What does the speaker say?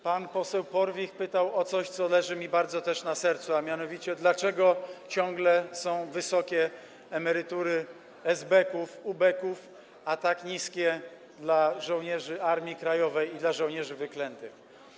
Pan poseł Porwich pytał o coś, co też leży mi bardzo na sercu, a mianowicie, dlaczego ciągle są wysokie emerytury dla esbeków, ubeków, a tak niskie dla żołnierzy Armii Krajowej i dla żołnierzy wyklętych.